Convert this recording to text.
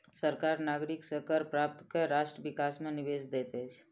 सरकार नागरिक से कर प्राप्त कय राष्ट्र विकास मे निवेश दैत अछि